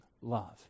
love